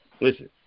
listen